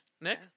Nick